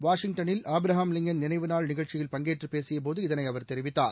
வாஷிங்டனில் ஆப்ரகாம்லிங்கன் நினைவுநாள் நிகழ்ச்சியில் பங்கேற்று பேசிய போது இதனை அவர் தெரிவித்தார்